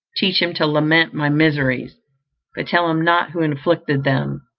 teach him to lament my miseries, but tell him not who inflicted them,